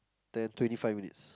ten twenty five minutes